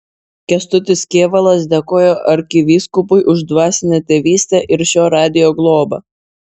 kęstutis kėvalas dėkojo arkivyskupui už dvasinę tėvystę ir šio radijo globą